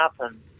happen